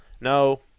no